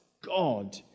God